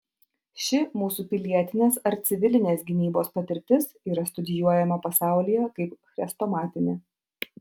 ši mūsų pilietinės ar civilinės gynybos patirtis yra studijuojama pasaulyje kaip chrestomatinė